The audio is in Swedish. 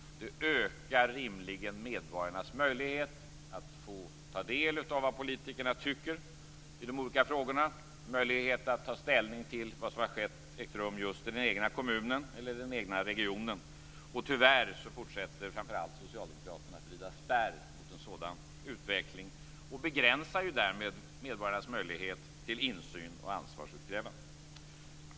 Det ökar rimligen medborgarnas möjlighet att ta del av vad politikerna tycker i de olika frågorna. Det ger möjlighet att ta ställning till vad som har skett och ägt rum just i den egna kommunen eller den egna regionen. Tyvärr fortsätter framför allt socialdemokraterna att rida spärr mot en sådan utveckling och begränsar därmed medborgarnas möjlighet till insyn och ansvarsutkrävande.